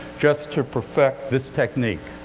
just to perfect this technique.